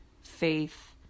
faith